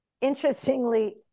interestingly